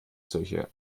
solche